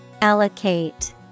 Allocate